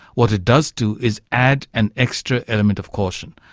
what it does do is add an extra element of caution.